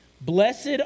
Blessed